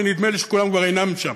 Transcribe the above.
ונדמה לי שכולם כבר אינם שם,